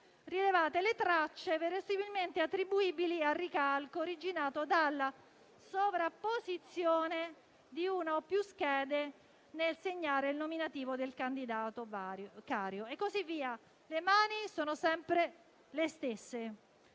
le mani sono sempre le stesse.